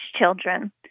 children